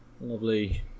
Lovely